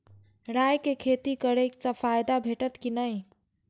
राय के खेती करे स फायदा भेटत की नै?